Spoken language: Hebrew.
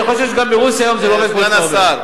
אני חושב שגם ברוסיה היום זה לא כפי שאתה אומר.